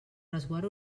resguard